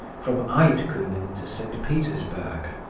from eydkuhnen to st. petersburg.